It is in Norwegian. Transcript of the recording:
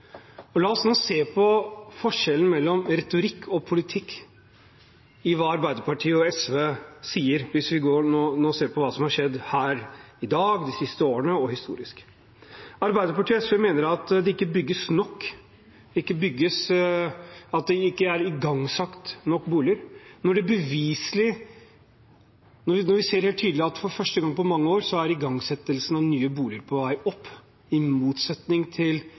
politikken. La oss nå se på forskjellen mellom retorikk og politikk i hva Arbeiderpartiet og SV sier. Hvis vi ser på hva som er sagt her i dag, de siste årene og historisk, mener Arbeiderpartiet og SV at det ikke bygges nok, at det ikke er igangsatt nok boliger, samtidig som vi ser helt tydelig at for første gang på mange år er igangsettelsen av nye boliger på vei opp, i motsetning til